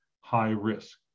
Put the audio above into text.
high-risk